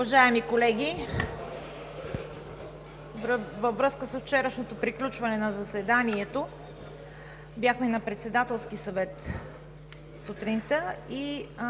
Уважаеми колеги, във връзка с вчерашното приключване на заседанието. Сутринта бяхме на Председателски съвет и